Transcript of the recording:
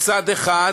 מצד אחד,